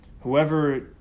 Whoever